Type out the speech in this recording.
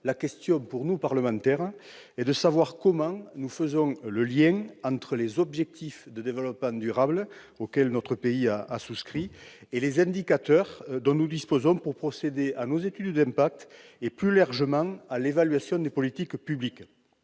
la question, pour nous parlementaires, est de savoir comment articuler, de façon cohérente et lisible, les objectifs de développement durable auxquels notre pays a souscrit et les indicateurs dont nous disposons pour la réalisation des études d'impact et, plus largement, l'évaluation des politiques publiques.